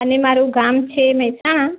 અને મારું ગામ છે મહેસાણા